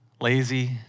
lazy